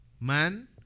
man